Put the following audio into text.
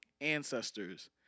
ancestors